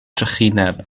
trychineb